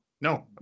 No